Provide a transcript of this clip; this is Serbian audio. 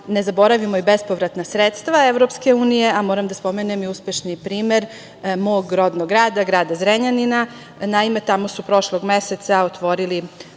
ne zaboravimo i bespovratna sredstva EU, a moram da spomenem i uspešni primer mog rodnog grada, grada Zrenjanina. Naime, tamo su prošlog meseca otvorili